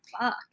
Fuck